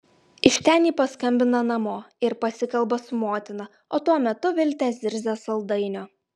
iš ten ji paskambina namo ir pasikalba su motina o tuo metu viltė zirzia saldainio